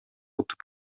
утуп